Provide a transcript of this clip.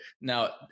Now